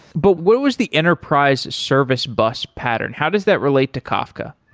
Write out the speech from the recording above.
but what was the enterprise service bus pattern? how does that relate to kafka?